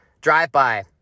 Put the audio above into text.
Drive-by